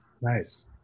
Nice